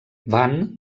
van